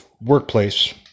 workplace